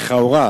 לכאורה,